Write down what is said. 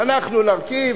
אנחנו נרכיב,